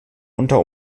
unter